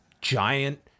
giant